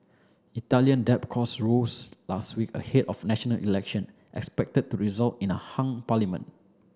Italian debt costs rose last week ahead of national election expected to result in a hung parliament